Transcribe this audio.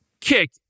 Kick